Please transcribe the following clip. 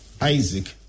Isaac